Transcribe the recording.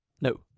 No